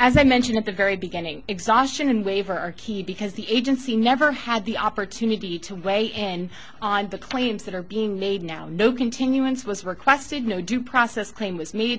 as i mentioned at the very beginning exhaustion and waiver are key because the agency never had the opportunity to weigh in on the claims that are being made now no continuance was requested no due process claim was made the